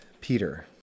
Peter